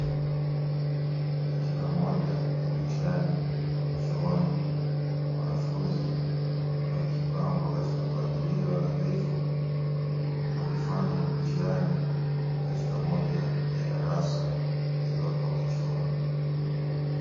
Katika moja ya mitihani chuoni wanafunzi wakipangwa katika mpangilio nadhifu wakifanya mtihani katika moja ya darasa lililopo hapo chuoni.